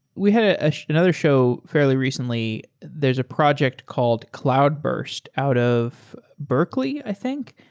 we had ah ah another show fairly recently. there's a project called cloudburst out of berkley, i think,